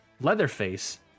Leatherface